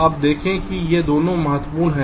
आप देखें कि ये दोनों महत्वपूर्ण हैं